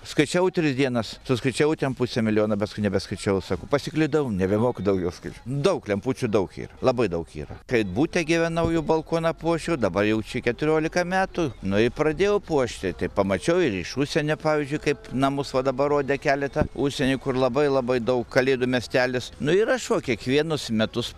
skaičiavau tris dienas suskaičiavau ten pusę milijono paskui nebeskaičiavau sakau pasiklydau nebemoku daugiau skaičių daug lempučių daug yra labai daug yra kai bute gyvenau jau balkoną puošiu dabar jau čia keturiolika metų nu ir pradėjau puošti tai pamačiau ir iš užsienio pavyzdžiui kaip namus va dabar rodė keletą užsieny kur labai labai daug kalėdų miestelis nu ir aš va kiekvienus metus